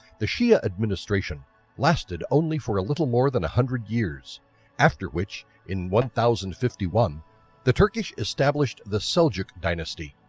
the shia administration lasted only for a little more than hundred years after which in one thousand and fifty one the turkish established the seljuq dynasty.